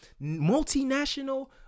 multinational